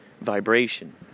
vibration